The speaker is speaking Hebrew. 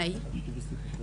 הי,